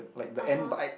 (uh huh)